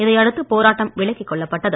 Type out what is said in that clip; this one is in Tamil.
இதை அடுத்து போராட்டம் விலக்கிக் கொள்ளப்பட்டது